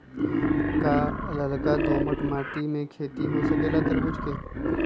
का लालका दोमर मिट्टी में खेती हो सकेला तरबूज के?